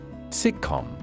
Sitcom